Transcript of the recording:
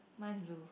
mine is blue